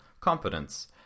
competence